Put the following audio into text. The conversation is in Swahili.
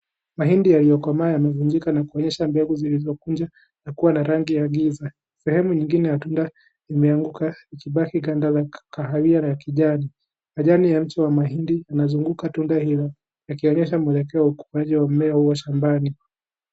Mahindi yaliyokomaa yamevunjika na kuonyesha mbegu zilizopunja na kuwa na rangi ya giza. Sehemu nyingine ya tunda imeanguka ikibaki ganda la kahawia la kijani. Majani ya mti wa mahindi unazunguka tunda hilo, yakionyesha mwelekeo wa ukuaji wa mmea huo shambani.